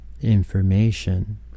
information